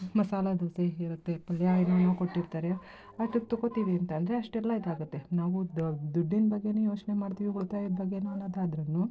ಮಸಾಲ ದೋಸೆ ಿರುತ್ತೆ ಪಲ್ಯ ಏನೇನೋ ಕೊಟ್ಟಿರ್ತಾರೆ ಅದಕ್ಕೆ ತಗೊಳ್ತೀವಿ ಅಂತ ಅಂದ್ರೆ ಅಷ್ಟೆಲ್ಲ ಇದಾಗುತ್ತೆ ನಾವು ದುಡ್ಡಿಂದು ಬಗ್ಗೆಯೇ ಯೋಚನೆ ಮಾಡ್ತೀವಿ ಉಳ್ತಾಯದ ಬಗ್ಗೆಯೂ ಅನ್ನೊದಾದ್ರೂ